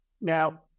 Now